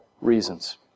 reasons